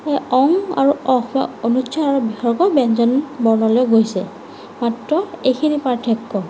অং আৰু অস বা অনুস্বৰ আৰু বিসৰ্গ ব্যঞ্জন বৰ্ণলৈ গৈছে মাত্ৰ এইখিনি পাৰ্থক্য